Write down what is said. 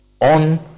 on